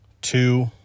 two